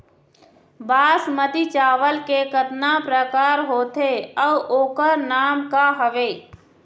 बासमती चावल के कतना प्रकार होथे अउ ओकर नाम क हवे?